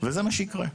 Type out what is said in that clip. וזה מה שיקרה.